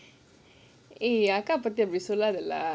eh என் அக்கா பத்தி அப்டி சொல்லாதலா:en akka pathi apdi sollaathalaa